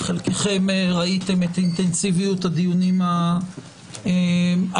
חלקכם ראיתם את אינטנסיביות הדיונים הקודמים.